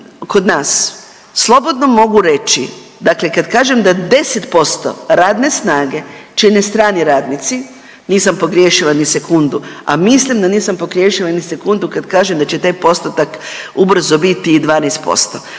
kod nas slobodno mogu reći, dakle kad kažem da 10% radne snage čine strani radnici nisam pogriješila ni sekundu, a mislim da nisam pogriješila ni sekundu kad kažem da će taj postotak ubrzo biti i 12%.